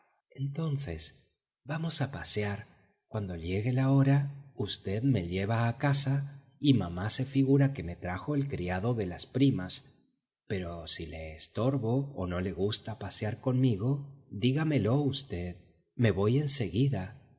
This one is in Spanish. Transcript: entonces vamos a pasear cuando llegue la hora v me lleva a casa y mamá se figura que me trajo el criado de las primas pero si le estorbo o no le gusta pasear conmigo dígamelo v me voy